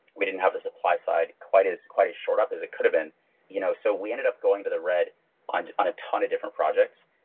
we didn't have the supply side quite as quite as shored up as it could have been. you know so we ended up going to the red on on a ton of different projects,